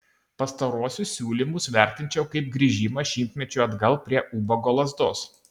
pastaruosius siūlymus vertinčiau kaip grįžimą šimtmečiu atgal prie ubago lazdos